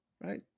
Right